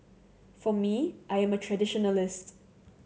for me I am a traditionalist